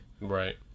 Right